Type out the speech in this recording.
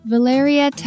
Valeria